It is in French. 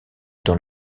dans